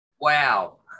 wow